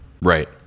right